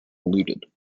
looted